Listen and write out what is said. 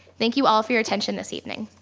thank you all for your attention this evening.